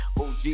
OG